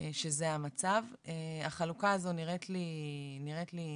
שזה המצב, החלוקה הזו נראית לי נכונה.